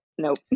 nope